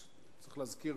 צריך להזכיר,